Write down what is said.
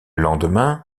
lendemain